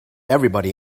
everybody